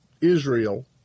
Israel